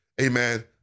amen